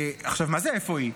עכשיו, מה זה "איפה היא"?